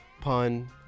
Pun